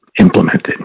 implemented